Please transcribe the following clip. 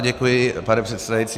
Děkuji, pane předsedající.